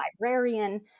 librarian